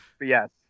yes